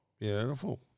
Beautiful